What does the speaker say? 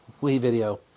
WeVideo